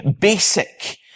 basic